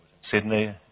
Sydney